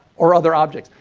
or other objects.